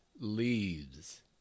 Leaves